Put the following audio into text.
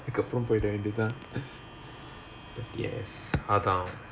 அதுக்கு அப்புறம் போயிட வேண்டியது தான்:athukku appuram poyida vaendiyathu thaan but yes அதா:athaa